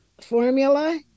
formula